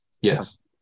Yes